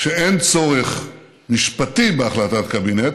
שאין צורך משפטי בהחלטת קבינט,